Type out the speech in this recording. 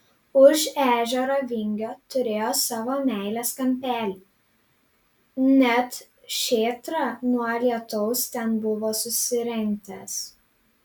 už ežero vingio turėjo savo meilės kampelį net šėtrą nuo lietaus ten buvo susirentęs